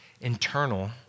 internal